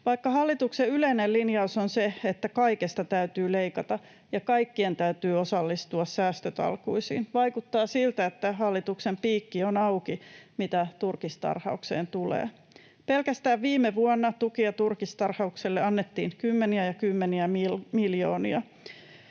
Vaikka hallituksen yleinen linjaus on se, että kaikesta täytyy leikata ja kaikkien täytyy osallistua säästötalkoisiin, vaikuttaa siltä, että hallituksen piikki on auki, mitä turkistarhaukseen tulee. Pelkästään viime vuonna tukia turkistarhaukselle annettiin kymmeniä ja kymmeniä miljoonia.